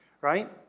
Right